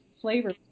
flavor